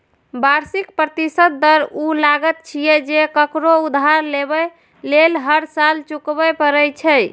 वार्षिक प्रतिशत दर ऊ लागत छियै, जे ककरो उधार लेबय लेल हर साल चुकबै पड़ै छै